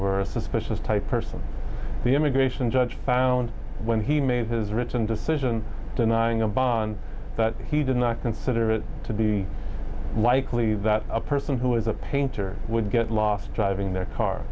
were a suspicious type person the immigration judge found when he made his written decision denying a bond but he did not consider it to be likely that a person who was a painter would get lost driving their